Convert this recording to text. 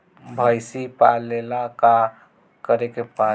भइसी पालेला का करे के पारी?